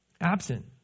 Absent